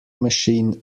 machine